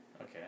Okay